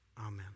Amen